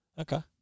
Okay